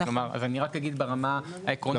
אני רק אגיד ברמה העקרונית,